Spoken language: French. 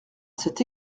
cet